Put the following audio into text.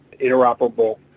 interoperable